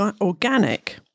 organic